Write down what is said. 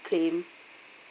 claim